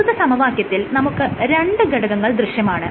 പ്രസ്തുത സമവാക്യത്തിൽ നമുക്ക് രണ്ട് ഘടകങ്ങൾ ദൃശ്യമാണ്